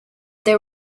there